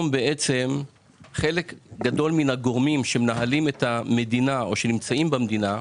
חלק גדול מהגורמים שמנהלים את המדינה או נמצאים במדינה,